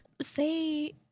Say